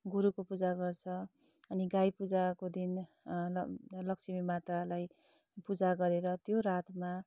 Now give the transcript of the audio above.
गोरुको पूजा गर्छ अनि गाई पूजाको दिन अन्त लक्ष्मीमातालाई पूजा गरेर त्यो रातमा